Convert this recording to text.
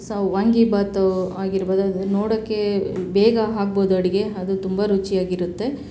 so vangibath ಆಗಿರ್ಬೋದು ಅದು ನೋಡೋಕ್ಕೆ ಬೇಗ ಆಗ್ಬೋದ್ ಅಡಿಗೆ ಅದು ತುಂಬ ರುಚಿಯಾಗಿರುತ್ತೆ